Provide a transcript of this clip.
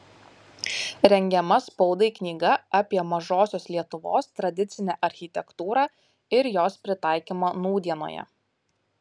rengiama spaudai knyga apie mažosios lietuvos tradicinę architektūrą ir jos pritaikymą nūdienoje